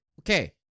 okay